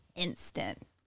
Instant